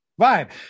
vibe